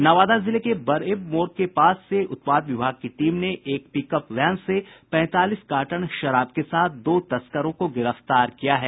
नवादा जिले के बरेव मोड़ के पास से उत्पाद विभाग की टीम ने एक पिकअप वैन से पैंतालीस कार्टन विदेशी शराब के साथ दो तस्करों को गिरफ्तार किया है